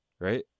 Right